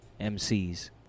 MCs